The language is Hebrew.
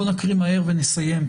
בואו נקריא מהר ונסיים.